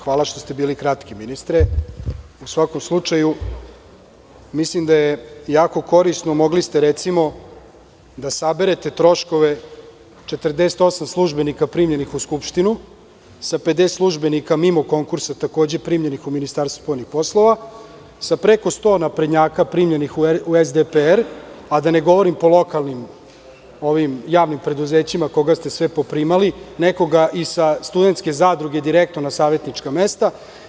Hvala što ste bili kratki ministre, u svakom slučaju, mislim da je jako korisno, mogli ste recimo da saberete troškove 48 službenika primljenih u Skupštinu sa 50 službenika mimo konkursa takođe primljenih u MUP, sa preko 100 naprednjaka primljenih u SDPR, a da ne govorim po lokalnim javnim preduzećima koga su sve poprimali, nekoga iz studentske zadruge direktno na savetničko mesto.